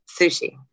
Sushi